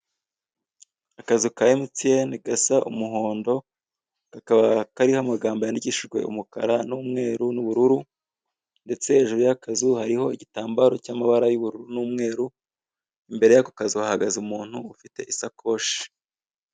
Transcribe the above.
Akazu ka emutiyene gasa umuhondo kakaba kariho amagambo yandikishijwe umukara n'umweru n'ubururu, ndetse hejuru y'akazu hariho igitambaro cy'amabara y'ubururu n'umweru, imbere y'ako kazu hahagaze umuntu ufite ishakoshi.